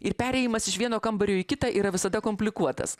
ir perėjimas iš vieno kambario į kitą yra visada komplikuotas